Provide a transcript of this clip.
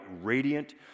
radiant